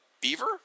beaver